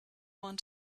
want